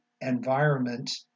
environment